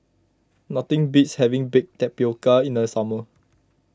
nothing beats having Baked Tapioca in the summer